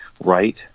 Right